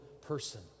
person